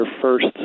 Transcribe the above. first